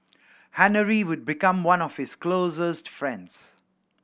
Henry would become one of his closest friends